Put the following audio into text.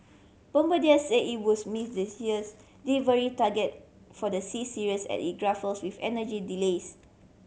bombardier say it was miss this year's delivery target for the C Series as it with engine delays